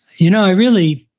you know, i really,